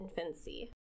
infancy